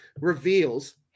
reveals